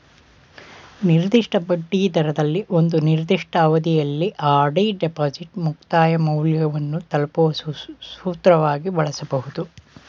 ನಿರ್ದಿಷ್ಟ ಬಡ್ಡಿದರದಲ್ಲಿ ಒಂದು ನಿರ್ದಿಷ್ಟ ಅವಧಿಯಲ್ಲಿ ಆರ್.ಡಿ ಡಿಪಾಸಿಟ್ ಮುಕ್ತಾಯ ಮೌಲ್ಯವನ್ನು ತಲುಪುವ ಸೂತ್ರವಾಗಿ ಬಳಸಬಹುದು